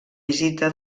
visita